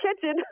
kitchen